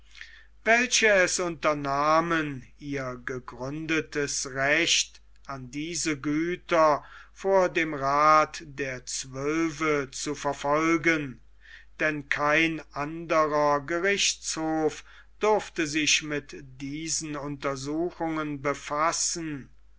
welche es unternahmen ihr gegründetes recht an diese güter vor dem rath der zwölfe zu verfolgen denn kein anderer gerichtshof durfte sich mit diesen untersuchungen befassen